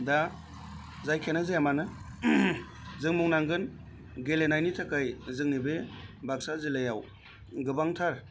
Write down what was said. दा जायखियानो जाया मानो जों बुंनांगोन गेलेनायनि थाखाय जोंनि बे बाक्सा जिल्लायाव गोबांथार